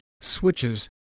switches